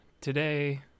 today